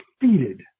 defeated